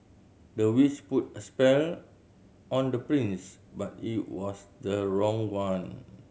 the witch put a spell on the prince but it was the wrong one